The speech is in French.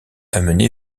amené